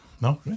No